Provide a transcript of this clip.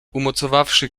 umocowawszy